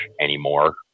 anymore